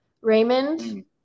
Raymond